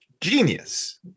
genius